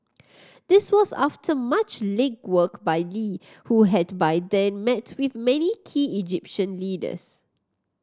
this was after much legwork by Lee who had by then met with many key Egyptian leaders